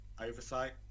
Oversight